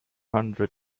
hundred